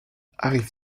arrive